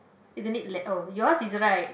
isn't it let oh yours is right